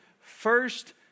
first